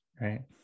right